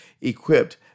equipped